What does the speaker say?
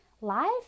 Life